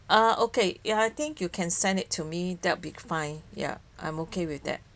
ah okay ya I think you can send it to me that will be fine yeah I'm okay with that